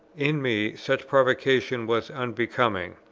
in me such provocation was unbecoming,